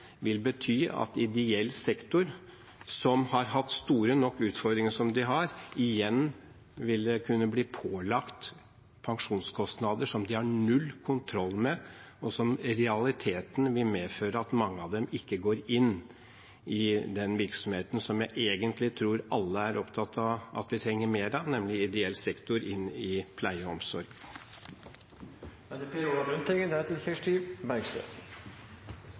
vil bety at ideell sektor, som har hatt store nok utfordringer som det er, igjen ville kunne bli pålagt pensjonskostnader som de ikke har noen kontroll over, og som i realiteten ville medføre at mange av dem ikke går inn i den virksomheten som jeg egentlig tror alle er opptatt av at vi trenger mer av, nemlig ideell sektor inn i pleie og